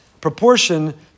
proportion